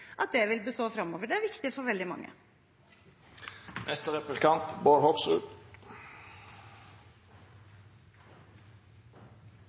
vil bestå fremover. Det er viktig for veldig